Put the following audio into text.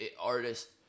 artists